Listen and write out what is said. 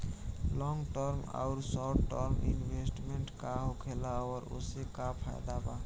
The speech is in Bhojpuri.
लॉन्ग टर्म आउर शॉर्ट टर्म इन्वेस्टमेंट का होखेला और ओसे का फायदा बा?